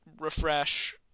refresh